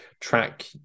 track